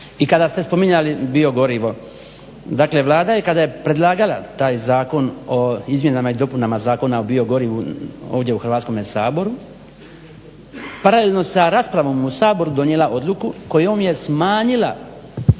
I kada ste spominjali bio gorivo. Dakle Vlada kada je predlagala taj zakon o izmjenama i dopunama zakona o bio gorivu ovdje u Hrvatskome saboru paralelno sa raspravom u Saboru donijela odluku kojom je smanjila